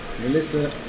melissa